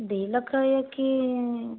ଦୁଇ ଲକ୍ଷ ୟେ କି